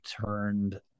turned